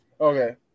okay